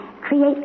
create